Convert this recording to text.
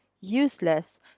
useless